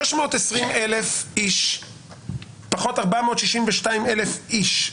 620,000 איש פחות 462,000 איש.